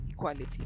equality